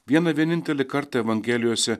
vieną vienintelį kartą evangelijose